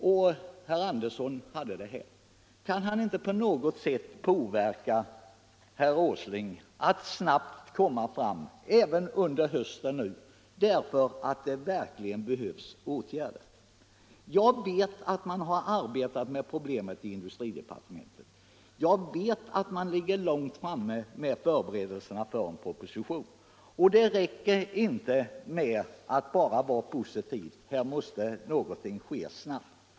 Kan herr Andersson inte på något sätt påverka herr Åsling nir det giäller att snabbt lägga fram cett förslag redan nu under hösten, eftersom det verkligen behövs åtgärder? Jag vet att man har arbetat med problemet i industridepartementet. och jag vet att man hunnit långt med förberedelserna till en proposition. Men det räcker inte med att bara vara positiv. Här måste någontung ske snabbt.